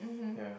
ya